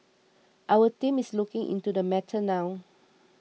our team is looking into the matter now